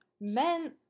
men